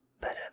better